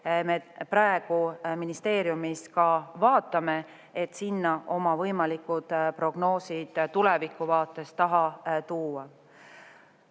me praegu ministeeriumis ka vaatame, et sinna oma võimalikud prognoosid tulevikuvaates taha tuua. Samal